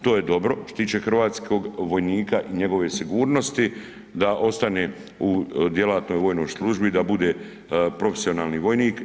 To je dobro što se tiče hrvatskog vojnika i njegove sigurnosti da ostane u djelatnoj vojnoj službi, da bude profesionalni vojnik.